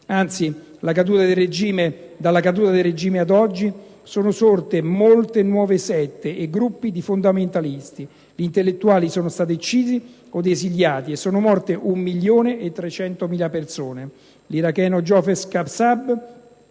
Anzi, dalla caduta del regime ad oggi sono sorte molte nuove sette e gruppi fondamentalisti. Gli intellettuali sono stati uccisi o esiliati e sono morte 1.300.000 persone. L'iracheno Joseph Kassab,